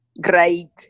Great